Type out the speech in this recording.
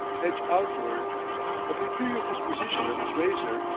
edge outward a peculiar disposition of his razor,